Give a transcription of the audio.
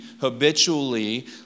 habitually